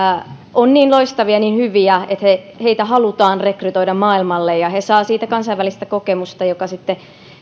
ovat niin loistavia niin hyviä että heitä halutaan rekrytoida maailmalle ja he saavat siitä kansainvälistä kokemusta joka sitten